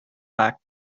back